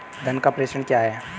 धन का प्रेषण क्या है?